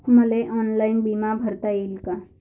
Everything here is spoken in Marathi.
मले ऑनलाईन बिमा भरता येईन का?